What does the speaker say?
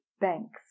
Banks